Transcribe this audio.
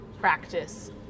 practice